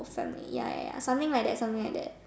family ya ya ya something like that something like that